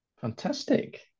fantastic